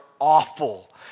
awful